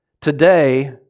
Today